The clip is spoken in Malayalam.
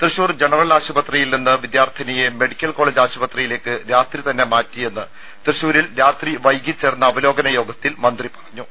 തൃശൂർ ജനറൽ ആശുപത്രിയിൽ നിന്ന് വിദ്യാർത്ഥിനിയെ മെഡിക്കൽ കോളേജ് ആശുപത്രിയിലേക്ക് രാത്രി തന്നെ മാറ്റിയെന്ന് തൃശൂരിൽ രാത്രി വൈകി ചേർന്ന അവലോകന യോഗത്തിൽ മന്ത്രി പറഞ്ഞു